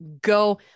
go